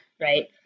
right